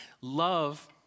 Love